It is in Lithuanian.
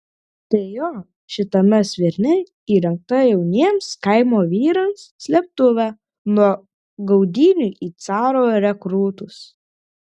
tai jo šitame svirne įrengta jauniems kaimo vyrams slėptuvė nuo gaudynių į caro rekrūtus